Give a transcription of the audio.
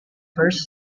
first